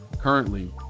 currently